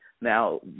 Now